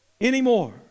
anymore